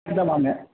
நாங்கள்